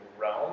realm